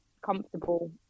comfortable